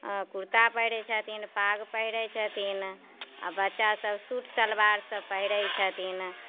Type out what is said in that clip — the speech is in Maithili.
कुरता पहिरै छथिन पाग पहिरै छथिन आ बच्चा सब सूट सलबार सब पहिरै छथिन